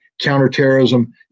counterterrorism